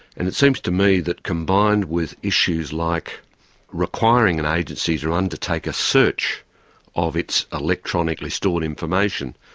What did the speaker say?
and it seems to me that combined with issues like requiring an agency to undertake a search of its electronically stored information,